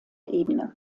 ebene